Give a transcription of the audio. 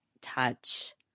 touch